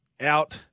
out